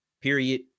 period